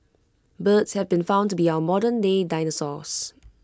birds have been found to be our modernday dinosaurs